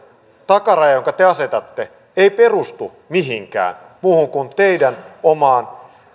takaraja jonka te asetatte ei perustu mihinkään muuhun kuin teidän omaan